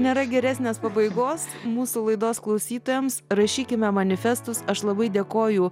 nėra geresnės pabaigos mūsų laidos klausytojams rašykime manifestus aš labai dėkoju